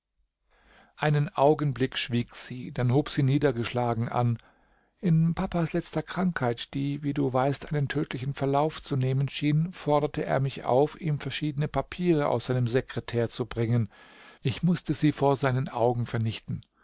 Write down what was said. einen augenblick schwieg sie dann hob sie niedergeschlagen an in papas letzter krankheit die wie du weißt einen tödlichen verlauf zu nehmen schien forderte er mich auf ihm verschiedene papiere aus seinem sekretär zu bringen ich mußte sie vor seinen augen vernichten